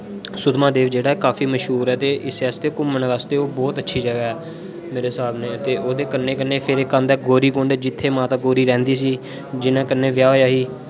सुधमहादेव जेहड़ा ऐ काफी मशहूर ऐ ते इस आस्तै घुमन वास्तै ओह् बहुत अच्छी जगहा ऐ मेरे साहब नै ते ओह्दे कन्नै कन्नै फिर इक औंदा ऐ गौरीकुंड जित्थे माता गौरी रहेंदी सी जिन्नै कन्नै ब्याह होया ही ते